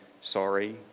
sorry